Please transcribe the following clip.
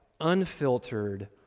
unfiltered